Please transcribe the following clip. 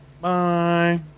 bye